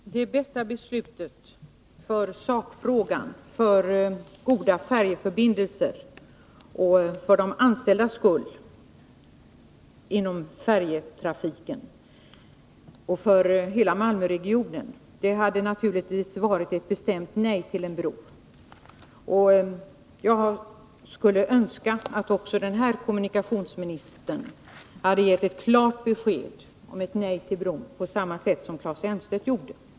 Herr talman! Det bästa beslutet för sakfrågan, för goda färjeförbindelser, för de anställda inom färjetrafiken och för hela Malmöregionen hade naturligtvis varit ett bestämt nej till en bro. Jag skulle önska att också den här kommunikationsministern hade gett ett klart besked — ett nej till bron på samma sätt som Claes Elmstedt gjorde.